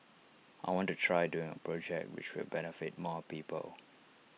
I want to try doing A project which will benefit more people